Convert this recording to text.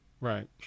Right